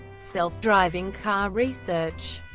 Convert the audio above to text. self-driving car research